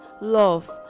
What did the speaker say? love